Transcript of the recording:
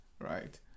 right